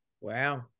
Wow